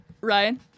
Ryan